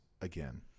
again